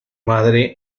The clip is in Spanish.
madre